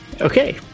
Okay